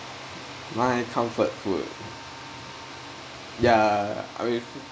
my comfort food ya I mean